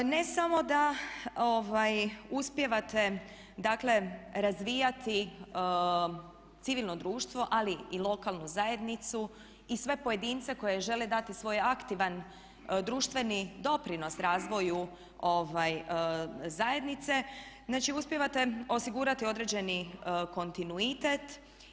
Ne samo da uspijevate, dakle razvijati civilno društvo, ali i lokalnu zajednicu i sve pojedince koji žele dati svoj aktivan društveni doprinos razvoju zajednice, znači uspijevate osigurati određeni kontinuitet.